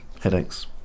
headaches